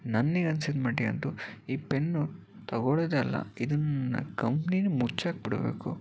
ನನಗನ್ಸಿದ್ದು ಮಟ್ಟಿಗಂತು ಈ ಪೆನ್ನು ತಗೊಳ್ಳೋದೆ ಅಲ್ಲ ಇದನ್ನು ಕಂಪ್ನಿನೆ ಮುಚ್ಚಾಕ್ಬಿಡ್ಬೇಕು